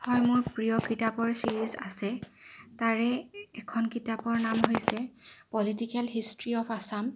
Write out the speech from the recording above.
হয় মোৰ প্ৰিয় কিতাপৰ চিৰিজ আছে তাৰে এখন কিতাপৰ নাম হৈছে পলিটিকেল হিষ্ট্ৰী অফ আছাম